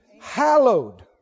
Hallowed